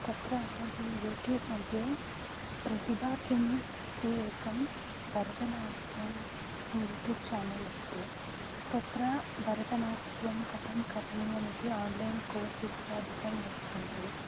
तत्र अहं यूट्यूब् मध्ये प्रतिबा किणि इति एकं भरतनाट्य यूत्यूब् चानल् अस्ति तत्र भरतनाट्यं कथं करणीयमिति आन्लैन् कोर्स् इत्यादिकं यच्छन्ति